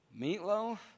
Meatloaf